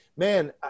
man